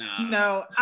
No